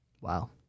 Wow